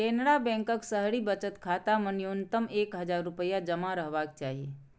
केनरा बैंकक शहरी बचत खाता मे न्यूनतम एक हजार रुपैया जमा रहबाक चाही